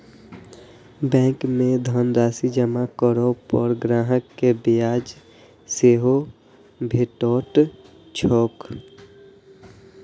bank मे धनराशि जमा करै पर ग्राहक कें ब्याज सेहो भेटैत छैक